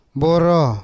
boro